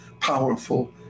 powerful